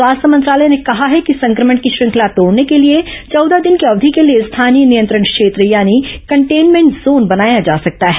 स्वास्थ्य मंत्रालय ने कहा है कि संक्रमण की श्रृंखला तोड़ने के लिए चौदह दिन की अवधि के लिए स्थानीय नियंत्रण क्षेत्र यानी कंटेनमेंट जोन बनाया जा सकता है